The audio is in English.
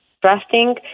trusting